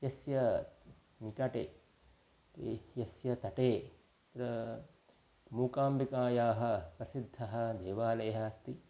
यस्य निकटे यस्य तटे मूकाम्बिकायाः प्रसिद्धः देवालयः अस्ति